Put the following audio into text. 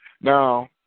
Now